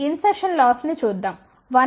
insertion loss ని చూద్దాం 1